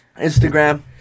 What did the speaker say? Instagram